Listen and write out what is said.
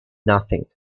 nothing